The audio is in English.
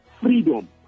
freedom